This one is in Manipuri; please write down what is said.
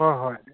ꯍꯣꯏ ꯍꯣꯏ